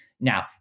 Now